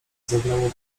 zagrało